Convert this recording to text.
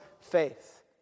faith